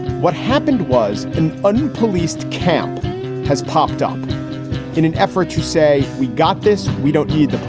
what happened was an unpoliced camp has popped up in an effort to say, we got this. we don't need the